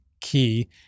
key